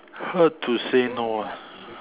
how to say no ah